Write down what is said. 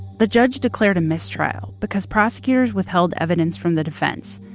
the judge declared a mistrial because prosecutors withheld evidence from the defense.